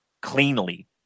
cleanly